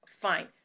fine